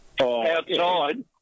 Outside